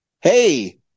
Hey